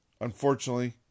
Unfortunately